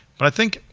but i think,